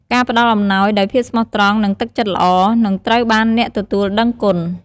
ការផ្តល់អំណោយដោយភាពស្មោះត្រង់ និងទឹកចិត្តល្អ នឹងត្រូវបានអ្នកទទួលដឹងគុណ។